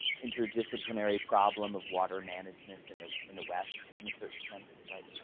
interdisciplinary problem of water management in the in the west, in a certain sense, right?